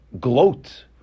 gloat